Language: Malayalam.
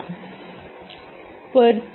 ഏതെങ്കിലും വെണ്ടർമാരോട് പ്രത്യേകമായി പറയരുത്